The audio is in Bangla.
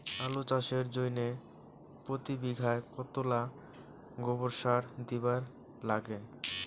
আলু চাষের জইন্যে প্রতি বিঘায় কতোলা গোবর সার দিবার লাগে?